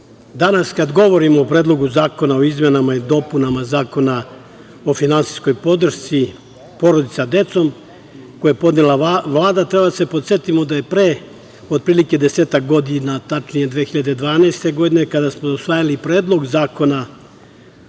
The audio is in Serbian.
danas kad govorimo o Predlogu zakona o izmenama i dopunama Zakona o finansijskoj podršci porodica sa decom koji je podnela Vlada, treba da se podsetimo da je pre otprilike desetak godina, tačnije 2012. godine, kada smo usvajali Predlog izmena